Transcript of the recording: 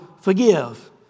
forgive